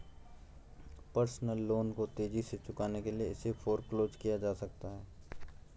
personal loan को तेजी से चुकाने के लिए इसे फोरक्लोज किया जा सकता है